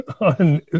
on